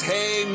Hey